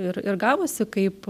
ir ir gavosi kaip